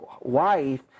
wife